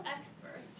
expert